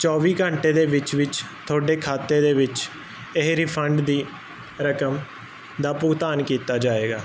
ਚੋਵੀ ਘੰਟੇ ਦੇ ਵਿੱਚ ਵਿੱਚ ਤੁਹਾਡੇ ਖਾਤੇ ਦੇ ਵਿੱਚ ਇਹ ਰਿਫੰਡ ਦੀ ਰਕਮ ਦਾ ਭੁਗਤਾਨ ਕੀਤਾ ਜਾਏਗਾ